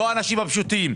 לא האנשים הפשוטים.